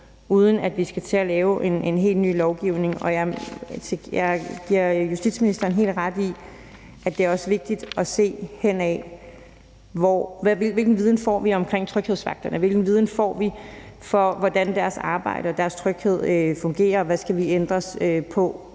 uden at vi skal til at lave en helt ny lovgivning. Jeg giver justitsministeren helt ret i, at det også er vigtigt at se, hvilken viden vi får om tryghedsvagterne, hvilken viden vi får om, hvordan deres arbejde og deres tryghed fungerer, og hvad vi skal ændre på,